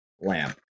lamp